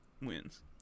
wins